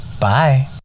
Bye